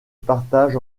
partage